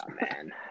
man